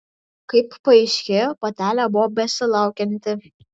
kaip paaiškėjo patelė buvo besilaukianti